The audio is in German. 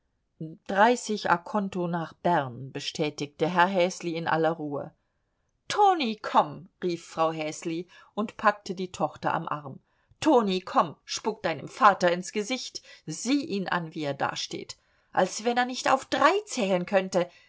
dreißig conto nach bern bestätigte herr häsli in aller ruhe toni komm rief frau häsli und packte die tochter am arm toni komm spuck deinem vater ins gesicht sieh ihn an wie er dasteht als wenn er nicht auf drei zählen könnte